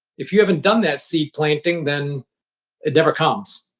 if you haven't done that seed planting, then it never comes.